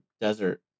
desert